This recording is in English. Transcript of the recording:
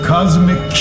Cosmic